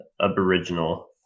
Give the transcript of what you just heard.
Aboriginal